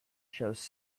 shows